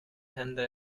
händer